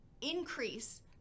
increase